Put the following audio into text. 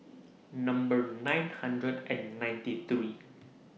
Number nine hundred and ninety three